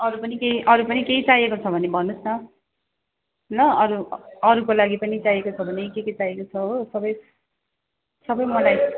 अरू पनि केही म अरू पनि केही चाहिएको छ भने भन्नुहोस् न ल अरू अरूको लागि पनि चाहिएको छ भने के के चाहिएको छ हो सबै सबै मलाई